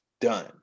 done